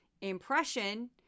impression